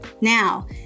Now